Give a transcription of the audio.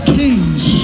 kings